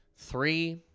Three